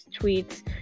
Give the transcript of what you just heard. tweets